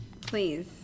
please